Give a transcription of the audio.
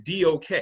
DOK